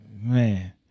Man